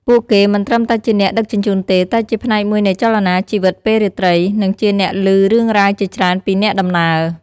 ពួកគេមិនត្រឹមតែជាអ្នកដឹកជញ្ជូនទេ តែជាផ្នែកមួយនៃចលនាជីវិតពេលរាត្រី និងជាអ្នកឮរឿងរ៉ាវជាច្រើនពីអ្នកដំណើរ។